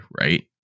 right